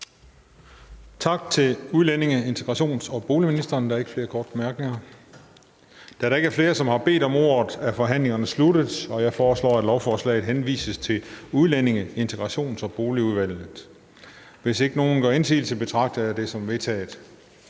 Tak til udlændinge-, integrations- og boligministeren. Der er ikke flere korte bemærkninger Da der ikke er flere, som har bedt om ordet, er forhandlingen sluttet. Jeg foreslår, at lovforslaget henvises til Udlændinge-, Integrations- og Boligudvalget. Hvis ingen gør indsigelse, betragter jeg det som vedtaget.